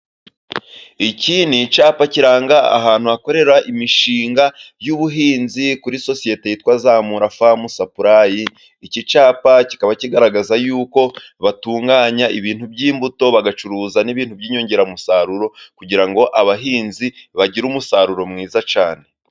Iki ni icyapa kiranga ahantu hakorera imishinga y'ubuhinzi, kuri sosiyete yitwa Zamura Famu Sapurayi. Iki cyapa kikaba kigaragaza yuko batunganya ibintu by'imbuto, bagacuruza n'ibintu by'inyongeramusaruro, kugira ngo abahinzi bagire umusaruro mwiza cyane.